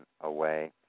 away